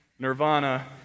Nirvana